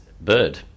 Bird